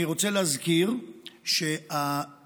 אני רוצה להזכיר שהאיסור,